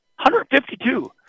152